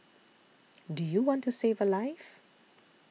do you want to save a life